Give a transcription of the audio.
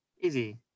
easy